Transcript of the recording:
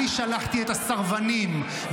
אני שלחתי את הסרבנים -- אתה שלחת את המילואימניקים.